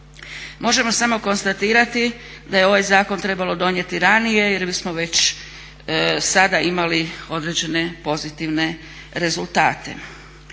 Možemo samo konstatirati da je ovaj zakon trebalo donijeti ranije jer bismo već sada imali određene pozitivne rezultate.